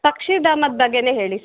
ಪಕ್ಷಿಧಾಮದ ಬಗ್ಗೆಯೇ ಹೇಳಿ ಸರ್